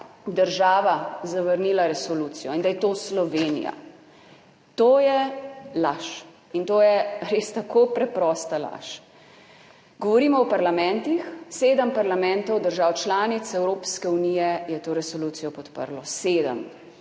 država zavrnila resolucijo in da je to Slovenija. To je laž in to je res tako preprosta laž. Govorimo o parlamentih, sedem parlamentov držav članic Evropske unije je to resolucijo podprlo. Sedem,